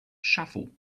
shuffle